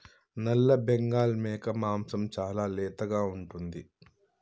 నల్లబెంగాల్ మేక మాంసం చాలా లేతగా ఉంటుంది